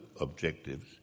objectives